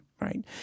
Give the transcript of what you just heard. right